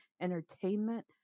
entertainment